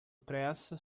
pressa